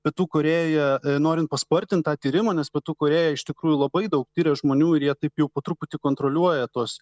pietų korėjoje norint paspartint tą tyrimą nes pietų korėja iš tikrųjų labai daug tiria žmonių ir jie taip jau po truputį kontroliuoja tuos